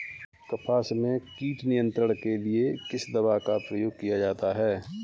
कपास में कीट नियंत्रण के लिए किस दवा का प्रयोग किया जाता है?